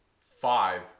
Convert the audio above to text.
five